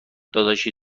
داداشی